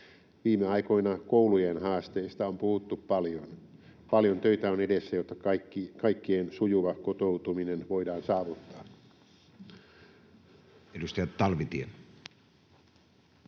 Viime aikoina koulujen haasteista on puhuttu paljon. Paljon töitä on edessä, jotta kaikkien sujuva kotoutuminen voidaan saavuttaa.